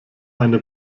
eine